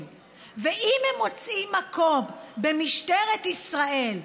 ואם הם מוצאים מקום במשטרת ישראל,